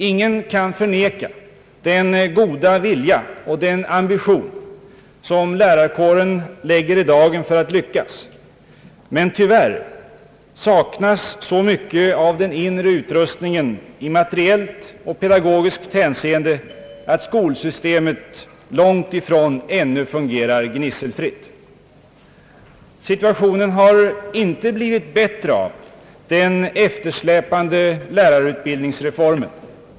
Ingen kan förneka den goda vilja och den ambition som lärarkåren lägger i dagen för att lyckas, men tyvärr saknas så mycket av den inre utrustningen i materiellt och pedagogiskt hänseende att skolsystemet långt ifrån ännu fungerar gnisselfritt. Situationen har inte blivit bättre av den eftersläpande lärarutbildningsreformen.